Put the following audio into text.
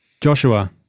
Joshua